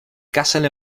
castle